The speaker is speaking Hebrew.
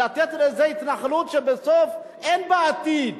לתת לאיזה התנחלות שבסוף אין בה עתיד,